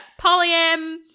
polyam